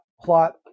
plot